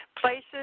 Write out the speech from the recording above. places